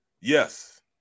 Yes